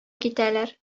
китәләр